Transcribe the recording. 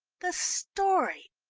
the story!